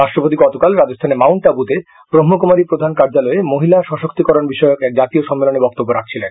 রাষ্ট্রপতি গতকাল রাজস্থানে মাউন্ট আবুতে ব্রহ্মকুমারী প্রধান কার্যালয়ে মহিলা সশক্তিকরণ বিষয়ক এক জাতীয় সম্মেলনে বক্তব্য রাখছিলেন